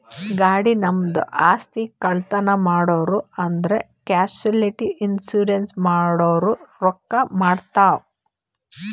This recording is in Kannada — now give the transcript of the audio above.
ಗಾಡಿ, ನಮ್ದು ಆಸ್ತಿ, ಕಳ್ತನ್ ಮಾಡಿರೂ ಅಂದುರ್ ಕ್ಯಾಶುಲಿಟಿ ಇನ್ಸೂರೆನ್ಸ್ ಮಾಡುರ್ ರೊಕ್ಕಾ ಬರ್ತಾವ್